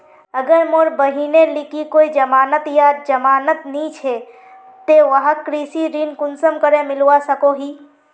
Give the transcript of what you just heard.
अगर मोर बहिनेर लिकी कोई जमानत या जमानत नि छे ते वाहक कृषि ऋण कुंसम करे मिलवा सको हो?